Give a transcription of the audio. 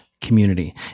community